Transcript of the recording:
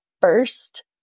First